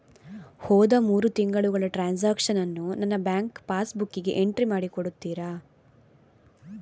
ಹೋದ ಮೂರು ತಿಂಗಳ ಟ್ರಾನ್ಸಾಕ್ಷನನ್ನು ನನ್ನ ಬ್ಯಾಂಕ್ ಪಾಸ್ ಬುಕ್ಕಿಗೆ ಎಂಟ್ರಿ ಮಾಡಿ ಕೊಡುತ್ತೀರಾ?